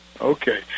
Okay